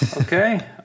Okay